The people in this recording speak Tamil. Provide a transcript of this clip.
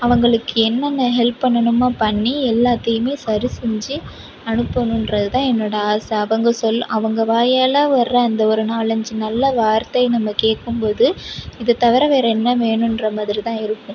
அவங்களுக்கு என்னென்ன ஹெல்ப் பண்ணனுமோ பண்ணி எல்லாத்தையுமே சரி செஞ்சு அனுப்பனுன்றது தான் என்னோட ஆசை அவங்க சொல் அவங்க வாயால் வர அந்த ஒரு நாலஞ்சு நல்ல வார்த்தையை நம்ம கேட்கும் போது இதை தவிர வேறு என்ன வேணும்ன்ற மாதிரி தான் இருக்கும்